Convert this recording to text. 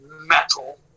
metal